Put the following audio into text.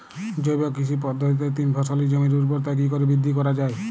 জৈব কৃষি পদ্ধতিতে তিন ফসলী জমির ঊর্বরতা কি করে বৃদ্ধি করা য়ায়?